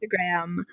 Instagram